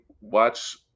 watch